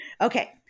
Okay